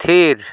ᱛᱷᱤᱨ